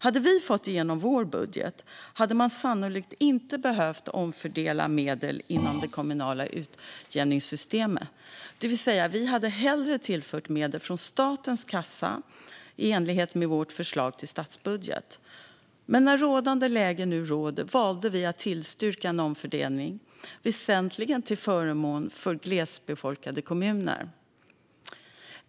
Hade vi fått igenom vår budget hade man sannolikt inte behövt omfördela medel inom det kommunala utjämningssystemet, det vill säga vi hade hellre tillfört medel från statens kassa i enlighet med vårt förslag till statsbudget. Men med nu rådande läge valde vi att tillstyrka en omfördelning, väsentligen till förmån för glesbefolkade kommuner.